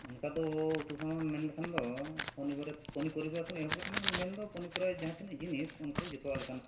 ᱚᱱᱠᱟᱫᱚ ᱩᱛᱩ ᱥᱟᱢᱟᱱ ᱢᱮᱱ ᱞᱮᱠᱷᱟᱱᱫᱚ ᱯᱟᱹᱱᱤᱯᱟᱨᱤ ᱠᱷᱚᱱ ᱮᱦᱚᱵ ᱠᱟᱛᱮᱫ ᱢᱮᱱᱫᱚ ᱯᱟᱹᱱᱤᱯᱩᱨᱤ ᱨᱮᱭᱟᱜ ᱡᱟᱦᱟᱸ ᱛᱤᱱᱟᱹᱜ ᱡᱤᱱᱤᱥ ᱚᱱᱠᱟᱫᱚ ᱡᱚᱛᱚᱣᱟ ᱞᱮᱠᱟᱱᱟᱜ